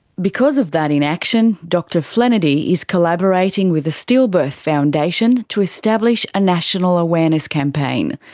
because of that inaction, dr flenady is collaborating with the stillbirth foundation to establish a national awareness campaign.